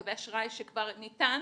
לגבי אשראי שכבר ניתן